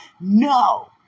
No